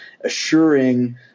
assuring